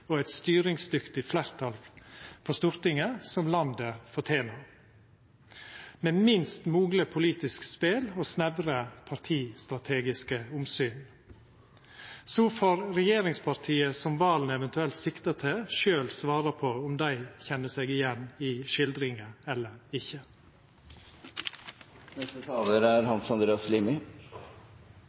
og eit styringsdyktig fleirtal på Stortinget som landet fortener – med minst mogleg politisk spel og snevre partistrategiske omsyn. Så får regjeringspartiet som Serigstad Valen eventuelt sikta til, sjølv svara på om dei kjenner seg igjen i skildringa eller